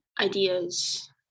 ideas